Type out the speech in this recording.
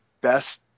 best